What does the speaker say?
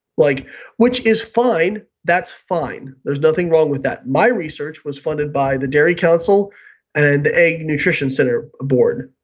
like which is fine, that's fine, there's nothing wrong with that. my research was funded by the dairy council and the egg nutrition center board.